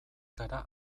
gara